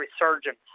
resurgence